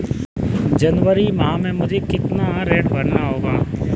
जनवरी माह में मुझे कितना ऋण भरना है?